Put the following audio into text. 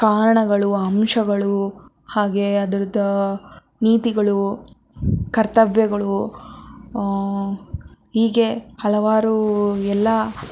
ಕಾರಣಗಳು ಅಂಶಗಳು ಹಾಗೇ ಅದರದು ನೀತಿಗಳು ಕರ್ತವ್ಯಗಳು ಹೀಗೆ ಹಲವಾರು ಎಲ್ಲ